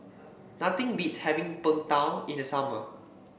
nothing beats having Png Tao in the summer